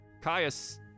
Caius